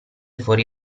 fuori